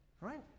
right